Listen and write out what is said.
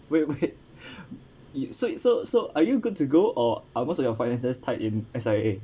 wait wait so so so are you good to go or are most of your finances tied in S_I_A